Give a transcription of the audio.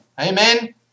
Amen